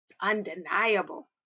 undeniable